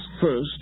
first